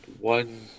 one